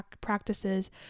practices